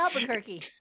albuquerque